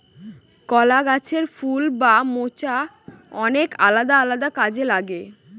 কলা গাছের ফুল বা মোচা অনেক আলাদা আলাদা কাজে লাগে